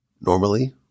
Normally